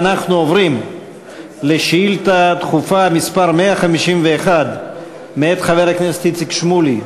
אנחנו עוברים לשאילתה דחופה מס' 151 מאת חבר הכנסת איציק שמולי.